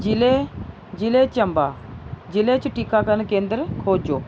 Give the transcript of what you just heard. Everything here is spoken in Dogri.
जि'ले जि'ले चंबा जि'ले च टीकाकरण केंद्र तुप्पो